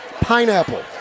pineapple